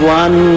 one